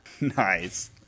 Nice